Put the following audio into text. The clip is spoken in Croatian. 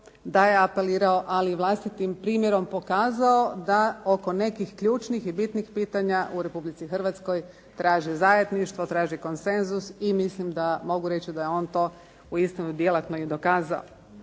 da je apelirao ali i vlastitim primjerom pokazao da oko nekih ključnih i bitnih pitanja u Republici Hrvatskoj traži zajedništvo, traži konsenzus i mislim da mogu reći da je on to uistinu djelatno i dokazao.